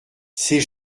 ses